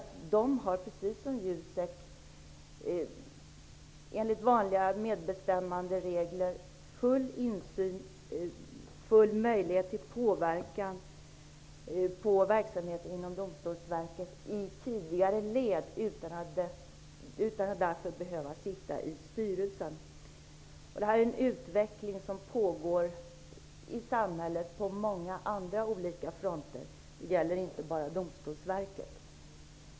TCO har, precis som Jusek full insyn och full möjlighet till påverkan på verksamheten inom Domstolsverket i tidigare led enligt vanliga medbestämmanderegler utan att därför behöva sitta i styrelsen. Detta är en utveckling som pågår på många andra fronter i samhället. Det gäller inte bara Domstolsverket.